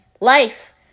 life